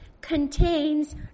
contains